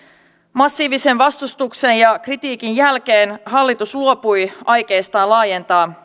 massiivisen vastustuksen ja kritiikin jälkeen hallitus luopui aikeistaan laajentaa